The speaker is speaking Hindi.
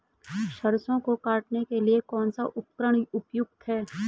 सरसों को काटने के लिये कौन सा उपकरण उपयुक्त है?